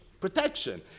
protection